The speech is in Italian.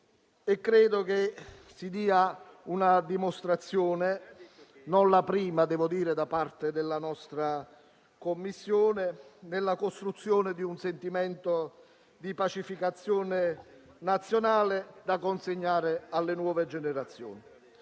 Credo dia una dimostrazione - e non per la prima volta - la nostra Commissione di impegno nella costruzione di un sentimento di pacificazione nazionale da consegnare alle nuove generazioni.